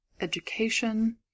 education